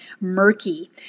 murky